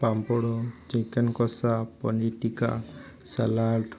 ପାମ୍ପଡ଼ chicken କସା ପନିର ଟକା salad